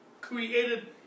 created